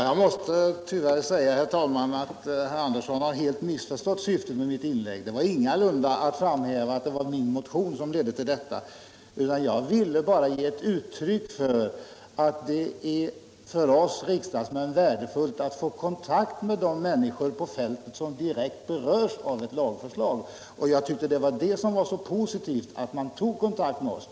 Herr talman! Herr Andersson i Södertälje har helt missförstått syftet med mitt inlägg. Avsikten var ingalunda att framhäva att det var min motion som lett fram till utskottets ställningstagande. Jag ville bara ge ett uttryck för att det är värdefullt för oss riksdagsmän att få kontakt med de människor på fältet som direkt berörs av en lagstiftning. Vad jag i detta fall tyckte var så positivt var att man tog kontakt med oss.